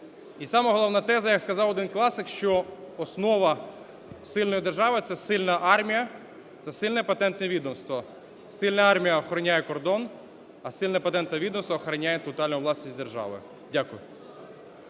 І сама головна теза, як сказав один класик, що основа сильної держави – це сильна армія, це сильне патентне відомство. Сильна армія охороняє кордон, а сильне патентне відомство охороняє тотальну власність держави. Дякую.